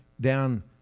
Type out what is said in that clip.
down